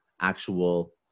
actual